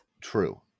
True